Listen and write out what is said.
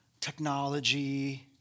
technology